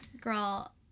Girl